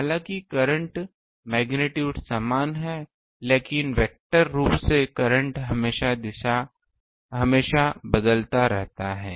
हालांकि current magnitude समान है लेकिन वेक्टर रूप से करंट हमेशा बदलता रहता है